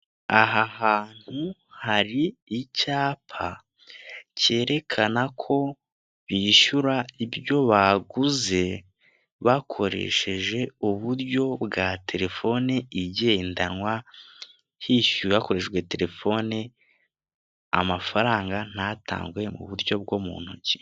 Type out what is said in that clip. Aha hantu hari icyapa cyerekana ko bishyura ibyo baguze bakoresheje uburyo bwa telefoni igendanwa hishyuwe hakoreshejwe telefoni amafaranga ntatangwe mu buryo bwo mu ntoki.